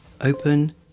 open